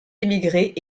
émigrés